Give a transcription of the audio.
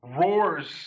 roars